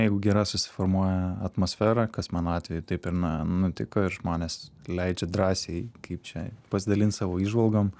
jeigu gera susiformuoja atmosfera kas mano atveju taip ir na nutiko ir žmonės leidžia drąsiai kaip čia pasidalint savo įžvalgom